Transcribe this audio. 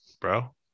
bro